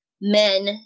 men